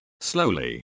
slowly